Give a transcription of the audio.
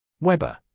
Weber